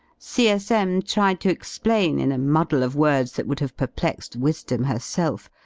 c s m. tried to explain, in a muddle of words that would have perplexed wisdom herself,